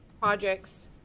projects